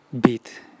beat